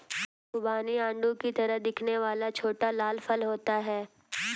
खुबानी आड़ू की तरह दिखने वाला छोटा लाल फल होता है